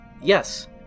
Yes